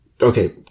Okay